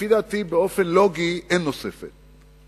לפי דעתי, באופן לוגי אין נוספות,